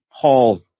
Paul